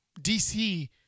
DC